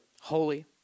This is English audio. holy